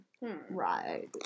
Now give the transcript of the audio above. Right